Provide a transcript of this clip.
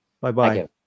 Bye-bye